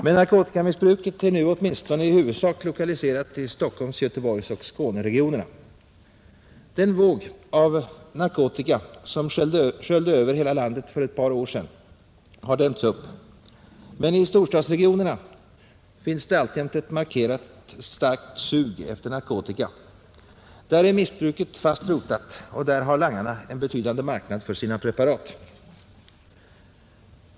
Men narkotikamissbruket är nu åtminstone i huvudsak lokaliserat till Stockholms-, Göteborgsoch Skåneregionerna. Den våg av narkotika som sköljde över hela landet för ett par år sedan har dämts upp. Men i storstadsregionerna finns alltjämt ett starkt ”sug” efter narkotika. Där är missbruket fast rotat, och där har langarna en betydande marknad för sina preparat.